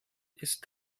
ist